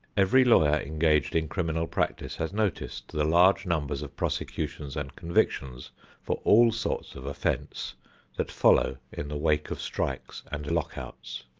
every lawyer engaged in criminal practice has noticed the large numbers of prosecutions and convictions for all sorts of offences that follow in the wake of strikes and lockouts.